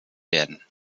werden